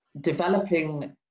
developing